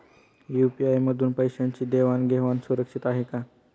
UPI मधून पैशांची देवाण घेवाण सुरक्षित आहे का?